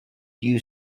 you